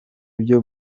byo